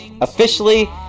officially